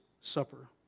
Supper